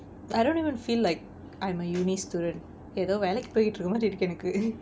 I don't even feel like I'm a uni student ஏதோ வேலைக்கு போயிட்டு இருக்குற மாறி இருக்கு எனக்கு:etho velaikku poyittu irukkura maari irukku enakku